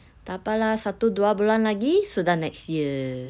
tak apa lah satu dua bulan lagi sudah next year